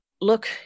look